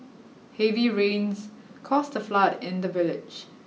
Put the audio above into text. heavy rains caused a flood in the village